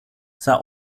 sah